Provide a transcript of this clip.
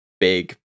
big